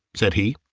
said he,